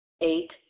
Eight